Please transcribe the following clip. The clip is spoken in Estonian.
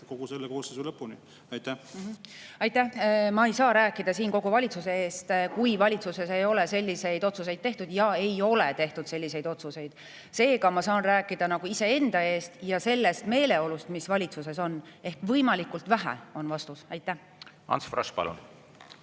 kogu selle koosseisu lõpuni? Aitäh! Ma ei saa rääkida siin kogu valitsuse eest, kui valitsuses ei ole selliseid otsuseid tehtud, ja ei ole tehtud selliseid otsuseid. Seega ma saan rääkida iseenda eest ja sellest meeleolust, mis valitsuses on. Ehk võimalikult vähe, on vastus. Ants Frosch, palun!